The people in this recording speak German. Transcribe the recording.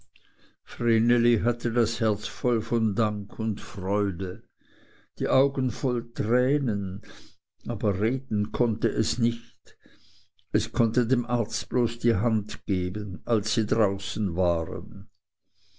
hatte das herz voll von dank und freude die augen voll tränen aber reden konnte es nicht es konnte dem arzt bloß die hand geben als sie draußen waren